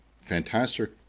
fantastic